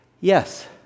yes